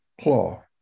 claw